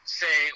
say